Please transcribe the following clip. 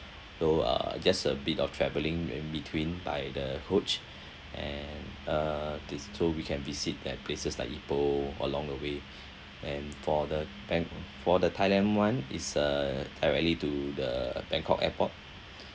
so uh just a bit of travelling maybe between by the coach and uh this so we can visit that places like ipoh along the way and for the tan~ for the thailand [one] is uh directly to the bangkok airport